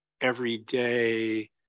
everyday